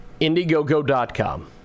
indiegogo.com